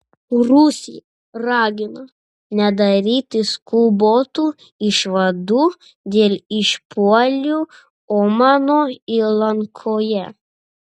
rusija ragina nedaryti skubotų išvadų dėl išpuolių omano įlankoje